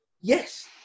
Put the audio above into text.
yes